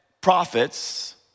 prophets